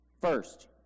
First